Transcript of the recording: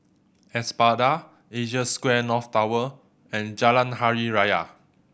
Espada Asia Square North Tower and Jalan Hari Raya